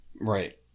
Right